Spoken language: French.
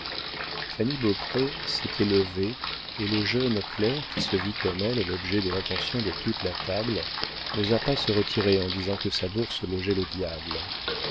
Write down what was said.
fanny beaupré s'était levée et le jeune clerc qui se vit comme elle l'objet de l'attention de toute la table n'osa pas se retirer en disant que sa bourse logeait le diable